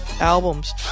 albums